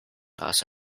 las